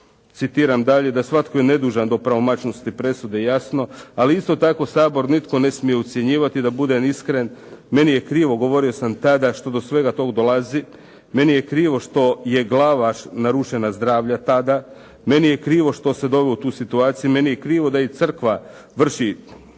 Citiram dalje, da svatko je nedužan do pravomoćnosti presude, jasno, ali isto tako Sabor nitko ne smije ucjenjivati, da budem iskren, meni je krivo, govorio sam tada što do svega tog dolazi. Meni je krivo što je Glavaš narušena zdravlja tada, meni je krivo što se doveo u tu situaciju, meni je krivo da i crkva vrši